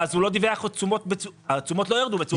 אז התשומות לא ירדו בצורה ניכרת.